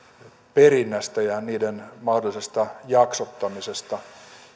perinnästä ja niiden mahdollisesta jaksottamisesta